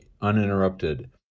uninterrupted